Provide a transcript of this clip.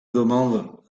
demande